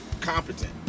competent